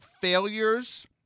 failures